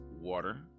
water